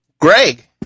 greg